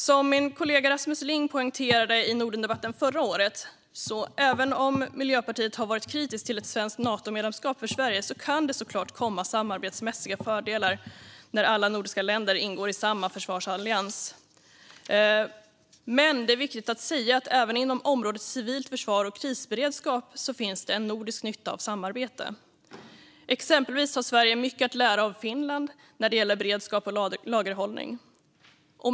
Som min kollega Rasmus Ling poängterade i Nordendebatten förra året har Miljöpartiet visserligen varit kritiskt till ett svenskt Natomedlemskap för Sverige, men vi ser såklart att det kan komma samarbetsmässiga fördelar när alla nordiska länder ingår i samma försvarsallians. Men det är viktigt att säga att det även inom området civilt försvar och krisberedskap finns en nordisk nytta av samarbete. Exempelvis har Sverige mycket att lära av Finland när det gäller beredskap och lagerhållning.